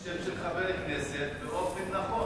אתה צריך ללמוד להגיד שם של חברי כנסת באופן נכון,